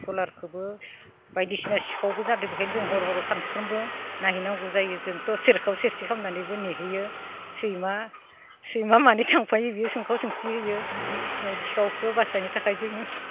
सलारखोबो बायदिसिना सिखावबो जादो बेखायनो जों हराव सानफ्रोमबो नाहैनांगौ जायो जोंथ' सेरखाव सेरसि खालामनानैबो नेहैयो सैमा सैमा मानै थांफायो बियो सोंखाव सोंरसि हैयो सिखावखो बासायनो थाखाय जोङो